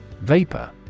Vapor